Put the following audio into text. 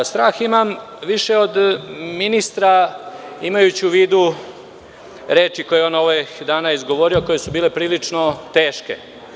Strah imam više od ministra, imajući u vidu reči koje je on ovih dana izgovorio, koje su bile prilično teške.